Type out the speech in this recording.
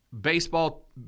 baseball